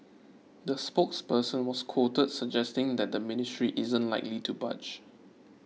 the spokesperson was quoted suggesting that the ministry isn't likely to budge